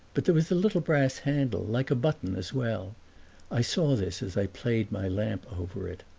but there was a little brass handle, like a button, as well i saw this as i played my lamp over it.